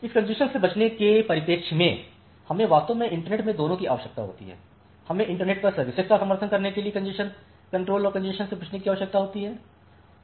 इस कॅन्जेशन से बचने के परिप्रेक्ष्य में हमें वास्तव में इंटरनेट में दोनों की आवश्यकता होती है हमें इंटरनेट पर सर्विसेज का समर्थन करने के लिए कॅन्जेशन कंट्रोल और कॅन्जेशन से बचने की आवश्यकता होती है